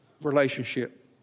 relationship